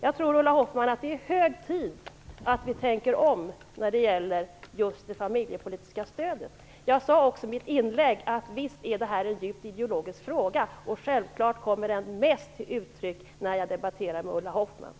Jag tror, Ulla Hoffmann, att det är hög tid att vi tänker om när det gäller det familjepolitiska stödet. Jag sade i mitt inlägg att det här är en djupt ideologisk fråga. Självklart kommer detta mest till uttryck när jag debatterar med Ulla Hoffmann.